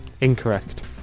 Incorrect